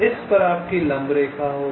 इस पर आपकी लंब रेखा होगी